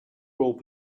old